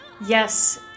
Yes